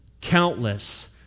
countless